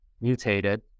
mutated